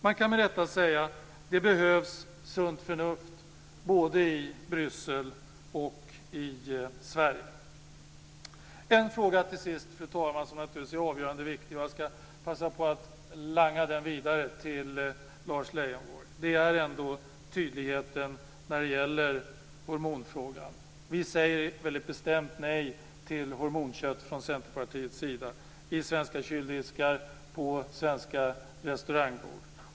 Man kan med rätta säga: Det behövs sunt förnuft både i Bryssel och i Fru talman! Till sist en fråga som naturligtvis är avgörande och viktig, och jag skall passa på att langa den vidare till Lars Leijonborg. Det är frågan om tydlighet när det gäller hormonkött. Vi från Centerpartiet säger väldigt bestämt nej till hormonkött i svenska kyldiskar, på svenska restaurangbord.